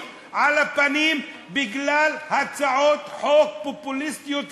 על הפנים בגלל הצעות חוק פופוליסטיות כאלו.